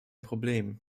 problem